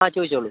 ആ ചോദിച്ചോളൂ